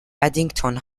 addington